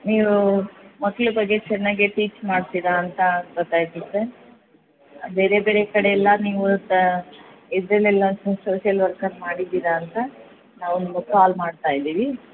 ನೀವು ಮಕ್ಳ ಬಗ್ಗೆ ಚೆನ್ನಾಗಿ ಟೀಚ್ ಮಾಡ್ತೀರ ಅಂತ ಗೊತ್ತಾಯಿತು ಸರ್ ಬೇರೆ ಬೇರೆ ಕಡೆ ಎಲ್ಲ ನೀವು ಸ ಇದರಲ್ಲೆಲ್ಲ ಸೋಶಿಯಲ್ ವರ್ಕರ್ ಮಾಡಿದ್ದೀರ ಅಂತ ನಾವು ನಿಮ್ಗೆ ಕಾಲ್ ಮಾಡ್ತಾ ಇದ್ದೀವಿ